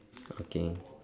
okay